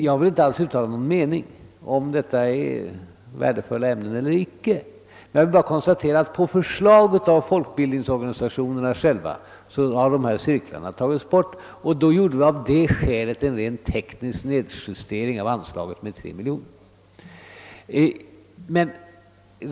Jag vill inte här uttala någon mening om huruvida det är värdefulla ämnen eller inte; jag poängterar bara att cirklarna togs bort på förslag av folkbildningsorganisationerna själva. Och av det skälet gjorde vi en rent teknisk nedskärning av anslaget med 3 miljoner kronor.